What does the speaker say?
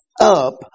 up